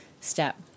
step